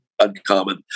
uncommon